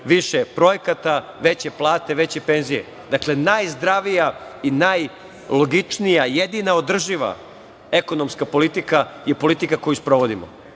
više projekata, veće plate, veće penzije. Dakle, najzdravija i najlogičnija, jedina održiva ekonomska politika je politika koju sprovodimo.